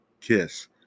Kiss